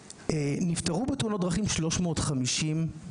נפטרו בתאונות דרכים 350 איש.